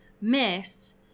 Miss